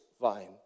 vine